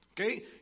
Okay